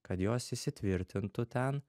kad jos įsitvirtintų ten